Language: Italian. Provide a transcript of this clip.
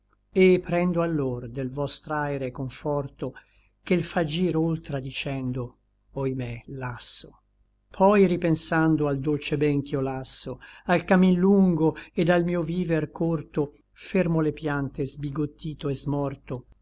et prendo allor del vostr'aere conforto che l fa gir oltra dicendo oimè lasso poi ripensando al dolce ben ch'io lasso al camin lungo et al mio viver corto fermo le piante sbigottito et smorto